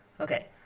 Okay